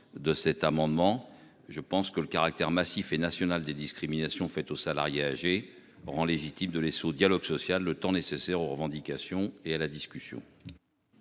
de cet amendement. Je pense que le caractère massif et nationale des discriminations faites aux salariés âgés rend légitime de laisse au dialogue social, le temps nécessaire aux revendications et à la discussion.